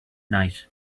night